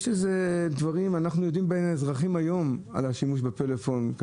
יש דברים בין אזרחים היום לגבי השימוש בפלאפון.